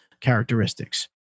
characteristics